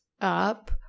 up